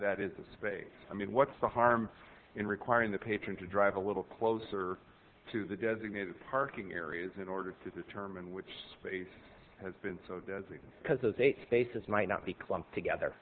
's a space i mean what's the harm in requiring the patron to drive a little closer to the designated parking areas in order to determine which space has been so busy because those eight spaces might not be clumped together